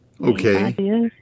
Okay